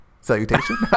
salutation